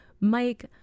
Mike